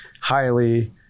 highly